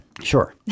Sure